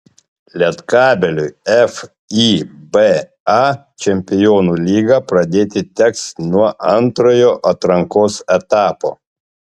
lietkabeliui fiba čempionų lygą pradėti teks nuo antrojo atrankos etapo